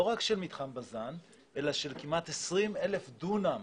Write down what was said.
לא רק של מתחם בז"ן אלא של כמעט 20,000 דונם